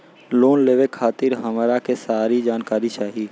Loan लेवे खातीर हमरा के सारी जानकारी चाही?